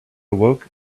awoke